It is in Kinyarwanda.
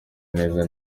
neza